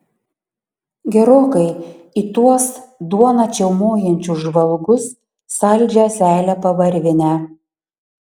gerokai į tuos duoną čiaumojančius žvalgus saldžią seilę pavarvinę